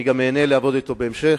אני איהנה גם לעבוד אתו בהמשך.